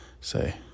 say